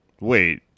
wait